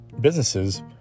businesses